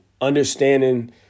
understanding